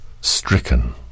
stricken